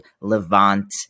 Levant